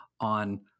on